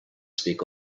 speak